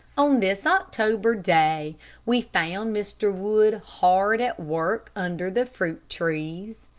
on this october day we found mr. wood hard at work under the fruit trees.